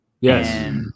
Yes